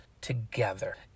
together